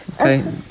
Okay